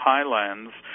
Highlands